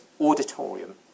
auditorium